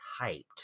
hyped